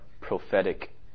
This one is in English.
prophetic